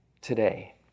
today